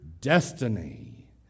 destiny